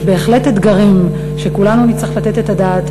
יש בהחלט אתגרים שכולנו נצטרך לתת את הדעת